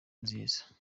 nziza